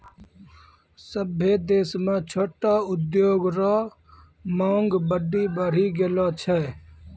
सभ्भे देश म छोटो उद्योग रो मांग बड्डी बढ़ी गेलो छै